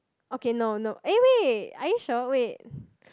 okay no no eh wait are you sure wait